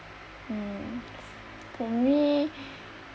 um for me